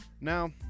Now